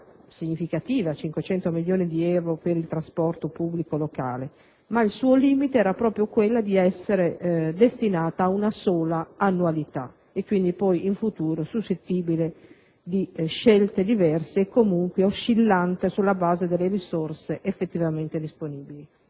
significativa (500 milioni di euro) per il trasporto pubblico locale, ma il suo limite era proprio quello di essere destinata ad una sola annualità, quindi in futuro suscettibile di scelte diverse, e comunque oscillante sulla base delle risorse effettivamente disponibili.